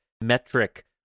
metric